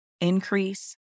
increase